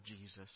Jesus